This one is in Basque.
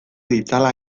ditzala